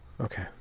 Okay